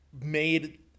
made